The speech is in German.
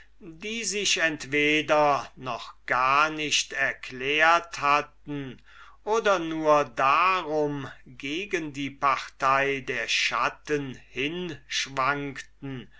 die sich entweder noch gar nicht erklärt hatten oder nur darum gegen die partei der schatten hinneigten